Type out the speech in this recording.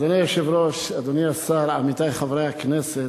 אדוני היושב-ראש, אדוני השר, עמיתי חברי הכנסת,